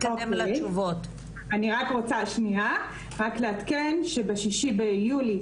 --- אני אומרת שבסוף החודש אמור,